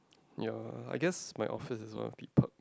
ya I guess my office is one a bit of perks